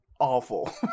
awful